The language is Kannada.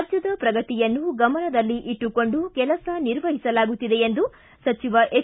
ರಾಜ್ಯದ ಪ್ರಗತಿಯನ್ನು ಗಮನದಲ್ಲಿ ಇಟ್ಟುಕೊಂಡು ಕೆಲಸ ನಿರ್ವಹಿಸಲಾಗುತ್ತಿದೆ ಎಂದು ಸಚಿವ ಎಚ್